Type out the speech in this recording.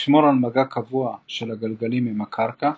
לשמור על מגע קבוע של הגלגלים עם הקרקע,